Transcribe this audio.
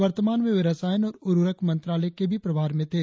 वर्तमान में वे रसायन और उवर्रक मंत्रालय के भी प्रभार में थे